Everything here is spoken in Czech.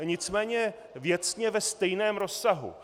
Nicméně věcně ve stejném rozsahu.